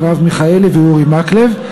מרב מיכאלי ואורי מקלב.